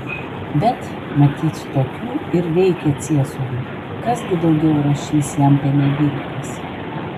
bet matyt tokių ir reikia ciesoriui kas gi daugiau rašys jam panegirikas